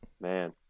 Man